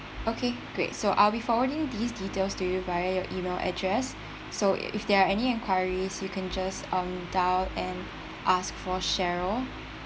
okay great so I'll be forwarding these details to you via your email address so if there are any enquiries you can just um dial and ask for cheryl